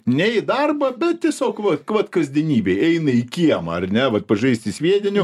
ne į darbą bet tiesiog va vat kasdienybėj eina į kiemą ar ne vat pažaisti sviediniu